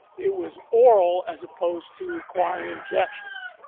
it was oral as opposed to require injections.